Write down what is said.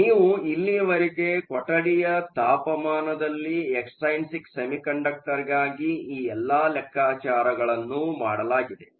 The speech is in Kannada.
ಆದ್ದರಿಂದ ನೀವು ಇಲ್ಲಿಯವರೆಗೆ ಕೊಠಡಿಯ ತಾಪಮಾನದಲ್ಲಿ ಎಕ್ಸ್ಟೈನ್ಸಿಕ್ ಸೆಮಿಕಂಡಕ್ಟರ್ಗಾಗಿ ಈ ಎಲ್ಲಾ ಲೆಕ್ಕಾಚಾರಗಳನ್ನು ಮಾಡಲಾಗಿದೆ